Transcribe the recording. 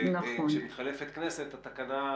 וכשמתחלפת כנסת התקנה,